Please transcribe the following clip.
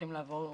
צריכים לעבור